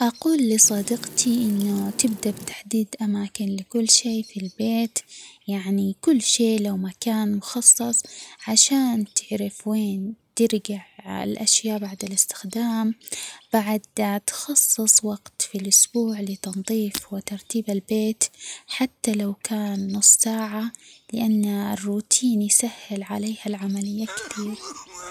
أقول لصديقتي إنو تبدأ بتحديد أماكن لكل شي في البيت يعني كل شي له مكان مخصص عشان تعرف وين ترجع الأشياء بعد الاستخدام بعد تخصص وقت في الاسبوع لتنظيف وترتيب البيت حتى لو كان نص ساعة لأن الروتين يسهل عليها العملية كتير.